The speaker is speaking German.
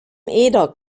eder